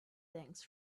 things